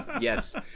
yes